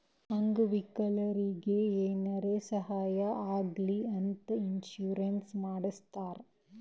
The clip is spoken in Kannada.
ಅಂಗ ವಿಕಲರಿಗಿ ಏನಾರೇ ಸಾಹಾಯ ಆಗ್ಲಿ ಅಂತ ಇನ್ಸೂರೆನ್ಸ್ ಮಾಡಸ್ತಾರ್